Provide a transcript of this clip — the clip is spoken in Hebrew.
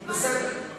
בסדר.